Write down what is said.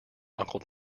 uncle